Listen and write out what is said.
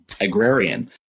agrarian